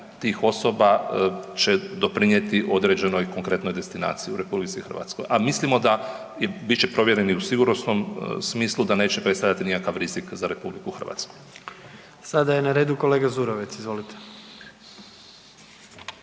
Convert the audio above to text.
tih osoba će doprinijeti određenoj konkretnoj destinaciji u RH, a mislimo da, bit će provjereno i u sigurnosnom smislu, da neće predstavljati nikakav rizik za RH. **Jandroković, Gordan (HDZ)** Sada je na redu kolega Zurovec, izvolite.